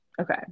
okay